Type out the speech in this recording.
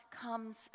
comes